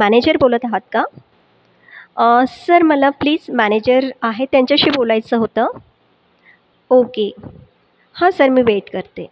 manager बोलत आहात का सर मला प्लीज मॅनेजर आहेत त्यांच्याशी बोलायचं होतं ओके हां सर मी वेट करते